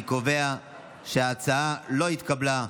אני קובע שההצעה לא התקבלה.